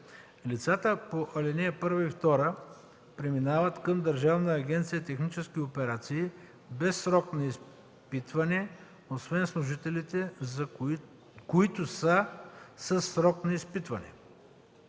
Лицата по ал. 1 и 2 преминават към Държавна агенция „Технически операции” без срок за изпитване, освен служителите, които са със срок за изпитване.